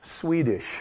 Swedish